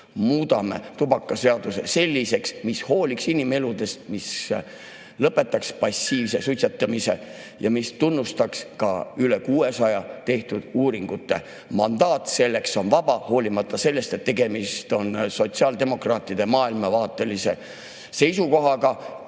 Muudame tubakaseaduse selliseks, mis hooliks inimeludest, mis lõpetaks passiivse suitsetamise ja tunnustaks ka rohkem kui 600 tehtud uuringut! Mandaat selleks on vaba, hoolimata sellest, et tegemist on sotsiaaldemokraatide maailmavaatelise seisukohaga: